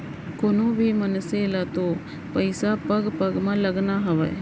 कोनों भी मनसे ल तो पइसा पग पग म लगाना हावय